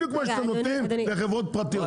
בדיוק כמו שאתם נותנים לחברות פרטיות.